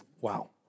Wow